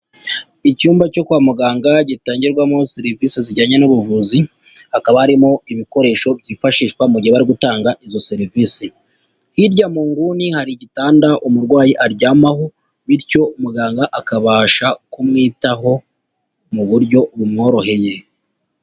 Icyumba cyo kwa muganga gitangirwamo serivise zijyanye n'ubuvuzi, hakaba arimo ibikoresho byifashishwa mu gihe bari gutanga izo serivise, hirya muguni hari igitanda umurwayi aryamaho bityo muganga akabasha kumwitaho mu buryo bumworoheye.